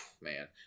man